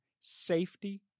safety